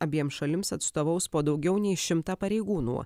abiem šalims atstovaus po daugiau nei šimtą pareigūnų